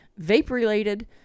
vape-related